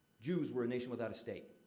jews were nation without a state.